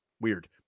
weird